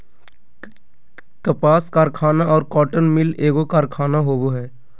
कपास कारखाना और कॉटन मिल एगो कारखाना होबो हइ